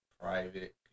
private